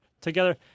together